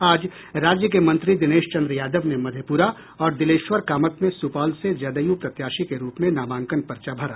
आज राज्य के मंत्री दिनेश चन्द्र यादव ने मधेप्रा और दिलेश्वर कामत ने सुपौल से जदयू प्रत्याशी के रूप में नामांकन पर्चा भरा